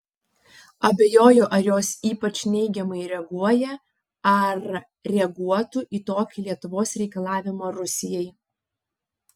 abejoju ar jos ypač neigiamai reaguoja ar reaguotų į tokį lietuvos reikalavimą rusijai